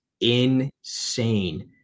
insane